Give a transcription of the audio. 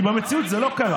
כי במציאות זה לא קרה,